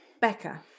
Becca